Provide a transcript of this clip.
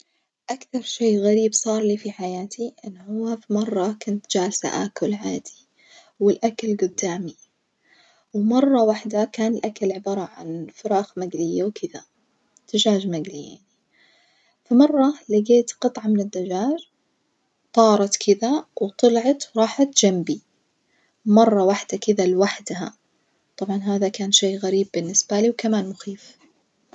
أكثر شي غريب صار لي في حياتي إن هو في مرة كنت جالسة آكل عادي والأكل جدامي ومرة واحدة كان الأكل عبارة عن فراخ مجلية وكدة دجاج مجلي يعني، في مرة لجيت قطعة من الدجاج طارت كدة وطلعت راحت جنبي! مرة واحدة كدة لوحدها طبعًا هذا كان شي غريب بالنسبي لي وكمان مخيف.